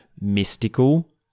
mystical